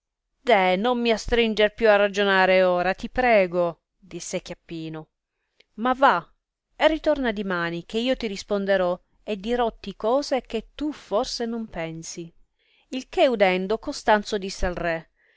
deh non mi astringer più a ragionare ora ti prego disse chiappino ma va e ritorna dimani che io ti risponderò e dirotti cose che tu forse non pensi il che udendo costanzo disse al re